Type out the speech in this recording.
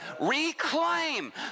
reclaim